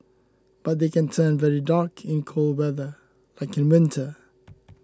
but they can turn very dark in cold weather like in winter